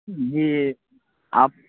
جی آپ